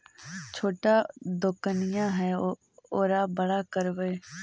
छोटा दोकनिया है ओरा बड़ा करवै?